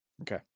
Okay